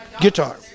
guitar